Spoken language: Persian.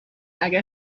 اگر